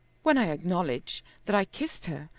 when i acknowledge that i kissed her,